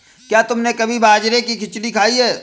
क्या तुमने कभी बाजरे की खिचड़ी खाई है?